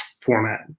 format